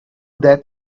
that